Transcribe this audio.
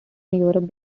europe